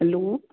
hello